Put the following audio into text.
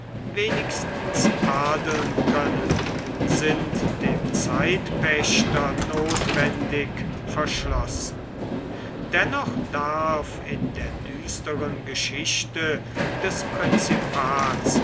wenigstens adeln können sind dem zeitpächter notwendig verschlossen dennoch darf in der düsteren geschichte des prinzipats